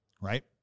Right